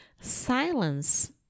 Silence